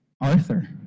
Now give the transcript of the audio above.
Arthur